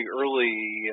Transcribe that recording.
early